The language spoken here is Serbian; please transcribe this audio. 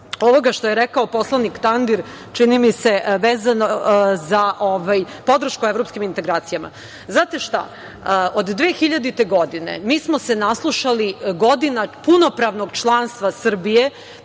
ovoga što je rekao poslanik Tandir, vezano za podršku evropskim integracijama, znate šta, od 2000. godine smo se naslušali godina punopravnog članstva Srbije